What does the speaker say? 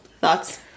thoughts